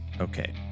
Okay